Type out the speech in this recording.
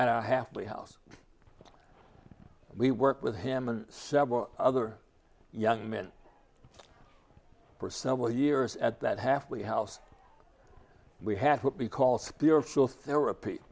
i halfway house we work with him and several other young men for several years at that halfway house we have what we call spiritual therapy